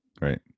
Right